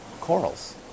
Corals